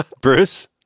Bruce